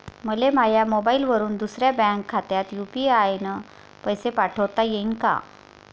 मले माह्या मोबाईलवरून दुसऱ्या बँक खात्यात यू.पी.आय न पैसे पाठोता येईन काय?